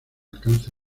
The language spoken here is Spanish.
alcance